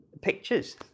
pictures